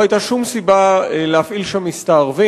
לא היתה שום סיבה להפעיל שם מסתערבים,